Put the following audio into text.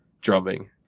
drumming